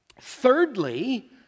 Thirdly